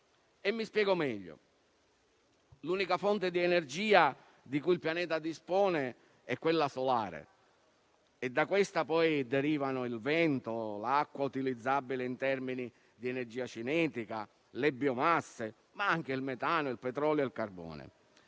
Mi spiego meglio: l'unica fonte di energia di cui il pianeta dispone è quella solare e da questa poi derivano il vento, l'acqua utilizzabile in termini di energia cinetica, le biomasse, ma anche il metano, il petrolio e il carbone.